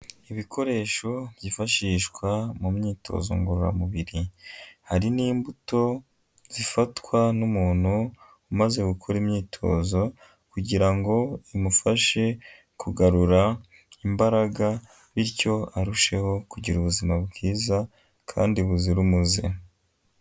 Ibikoresho byifashishwa mu myitozo ngororamubiri. Hari n'imbuto zifatwa n'umuntu umaze gukora imyitozo kugira ngo zimufashe kugarura imbaraga, bityo arusheho kugira ubuzima bwiza kandi buzira umuze.